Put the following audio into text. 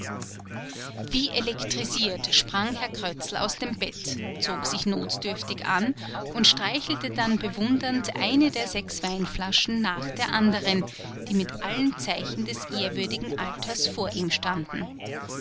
wie elektrisiert sprang herr krötzl aus dem bett zog sich notdürftig an und streichelte dann bewundernd die eine der sechs weinflaschen nach der anderen die mit allen zeichen des ehrwürdigen alters vor ihm standen